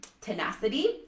tenacity